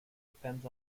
depends